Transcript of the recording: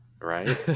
Right